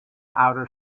outer